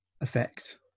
effect